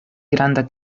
granda